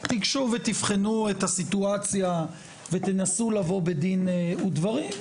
תיגשו ותבחנו את הסיטואציה ותנסו לבוא בדין ודברים,